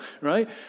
right